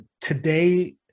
today